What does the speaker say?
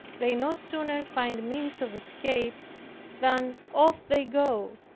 they no sooner find means of escape than off they go,